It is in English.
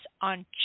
on